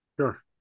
Sure